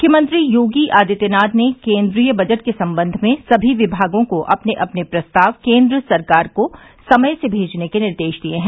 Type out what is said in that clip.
मुख्यमंत्री योगी आदित्यनाथ ने केन्द्रीय बजट के सम्बंध में सभी विभागों को अपने अपने प्रस्ताव केन्द्र सरकार को समय से भेजने के निर्देश दिए हैं